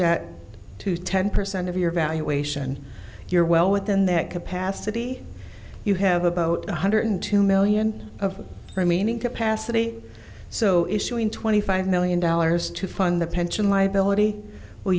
debt to ten percent of your valuation you're well within that capacity you have about one hundred two million of remaining capacity so issuing twenty five million dollars to fund the pension liability w